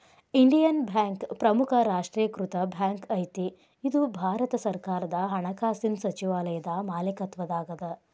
Indian bank ಪ್ರಮುಖ ರಾಷ್ಟ್ರೇಕೃತ bank ಐತಿ ಇದು ಭಾರತ ಸರ್ಕಾರದ ಹಣಕಾಸಿನ್ ಸಚಿವಾಲಯದ ಮಾಲೇಕತ್ವದಾಗದ